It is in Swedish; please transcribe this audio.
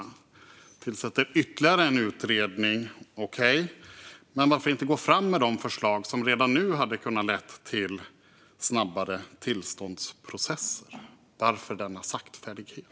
Ni tillsätter ytterligare en utredning - okej, men varför inte gå fram med de förslag som redan nu hade kunnat leda till snabbare tillståndsprocess? Varför denna saktfärdighet?